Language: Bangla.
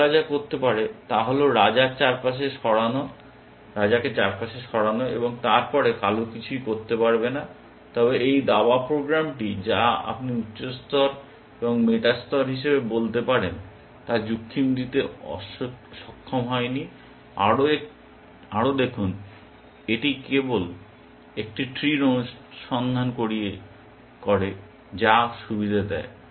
সাদারা যা করতে পারে তা হল রাজাকে চারপাশে সরানো এবং তারপরে কালো কিছুই করতে পারবে না তবে এই দাবা প্রোগ্রামটি যা আপনি উচ্চ স্তর বা মেটা স্তর হিসাবে বলতে পারেন তা যুক্তি দিতে সক্ষম হয়নি বা আরও দেখুন এটি কেবল একটি ট্রির অনুসন্ধান করে যা কিছু সুবিধা দেয়